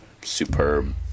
superb